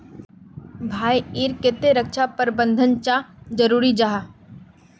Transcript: भाई ईर केते रक्षा प्रबंधन चाँ जरूरी जाहा?